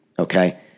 Okay